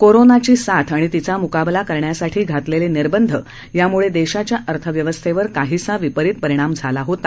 corona रोगाची साथ आणि तिचा मुकाबला करण्यासाठी घातलेले निर्बंध यामुळे देशाच्या अर्थव्यवस्थेवर काहीसा विपरीत परिणाम झाला होता